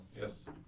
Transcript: yes